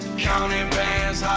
counting ah and bands,